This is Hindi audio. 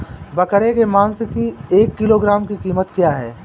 बकरे के मांस की एक किलोग्राम की कीमत क्या है?